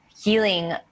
healing